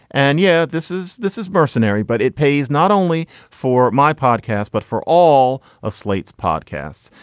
and yeah, this is this is mercenary, but it pays not only for my podcast, but for all of slate's podcasts.